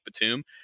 Batum